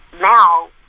now